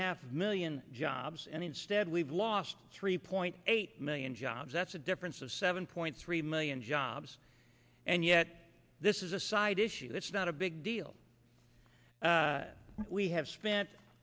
half million jobs and instead we've lost three point eight million jobs that's a difference of seven point three million jobs and yet this is a side issue that's not a big deal we have spent